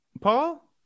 paul